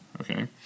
Okay